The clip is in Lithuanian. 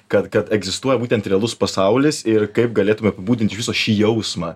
kad kad egzistuoja būtent realus pasaulis ir kaip galėtum apibūdint iš viso šį jausmą